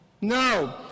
No